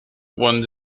one